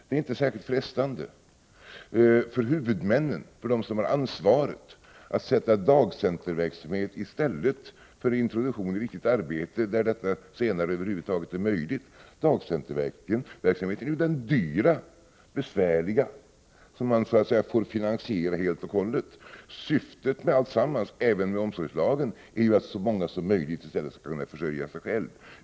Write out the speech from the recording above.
Det är inte särskilt frestande för huvudmännen, de som har ansvaret, att sätta dagcenterverksamheten i stället för introduktion i riktigt arbete, där det senare över huvud taget är möjligt. Dagcenterverksamheten är den dyra och besvärliga verksamheten, som de får finansiera helt och hållet. Syftet med alltsammans, även med omsorgslagen, är att så många som möjligt i stället skall kunna försörja sig själva.